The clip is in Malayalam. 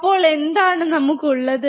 അപ്പോൾ എന്താണ് നമുക്ക് ഉള്ളത്